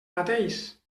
mateix